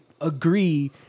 agree